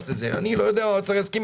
אני לא יודע אם האוצר יסכים,